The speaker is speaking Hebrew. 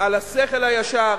על השכל הישר,